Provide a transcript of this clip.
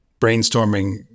brainstorming